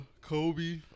Kobe